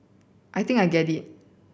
I think I get it